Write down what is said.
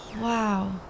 Wow